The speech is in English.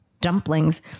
dumplings